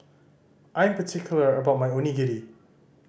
I am particular about my Onigiri